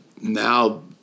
now